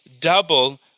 double